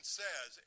says